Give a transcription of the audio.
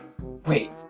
Wait